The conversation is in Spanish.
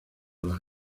las